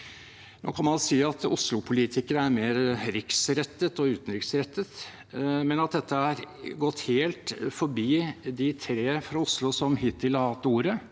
Da kan man si at Oslo-politikere er mer riksrettet og utenriksrettet, men dette har gått helt forbi de tre fra Oslo som hittil har hatt ordet.